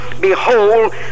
Behold